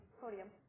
podium